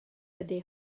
ydy